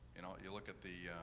you know, you look at the,